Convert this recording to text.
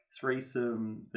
threesome